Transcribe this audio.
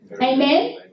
Amen